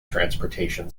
transportation